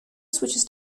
switches